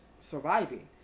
surviving